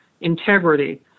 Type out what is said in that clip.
integrity